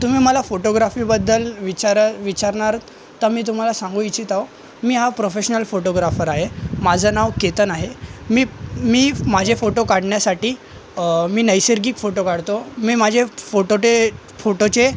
तुम्ही मला फोटोग्राफीबद्दल विचारं विचारणार तर मी तुम्हाला सांगू इच्छित आहो मी हा प्रोफेशनल फोटोग्राफर आहे माझं नाव केतन आहे मी मी माझे फोटो काढण्यासाठी मी नैसर्गिक फोटो काढतो मी माझे फोटोटे फोटोचे